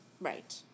Right